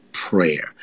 prayer